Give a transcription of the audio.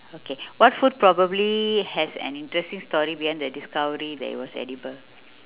okay what food probably has an interesting story behind the discovery that it was edible